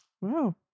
Wow